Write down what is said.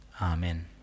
Amen